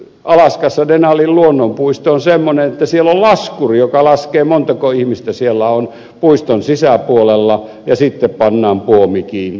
esimerkiksi alaskassa denalin luonnonpuisto on semmoinen että siellä on laskuri joka laskee montako ihmistä siellä on puiston sisäpuolella ja sitten pannaan puomi kiinni